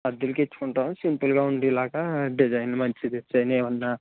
అద్దెలకి ఇచ్చుకుంటాం సింపుల్గా ఉండేలాగా డిజైన్ మంచి డిజైన్ ఏమన్నా